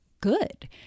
good